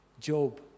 Job